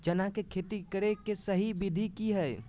चना के खेती करे के सही विधि की हय?